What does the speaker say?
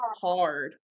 hard